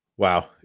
Wow